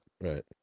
Right